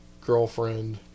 girlfriend